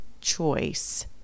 choice